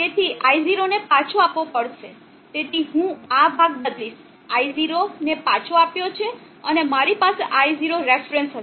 તેથી i0 ને પાછો આપવો પડશે તેથી હું આ ભાગ બદલીશ i0 ને પાછો આપ્યો છે અને મારી પાસે i0 રેફરન્સ હશે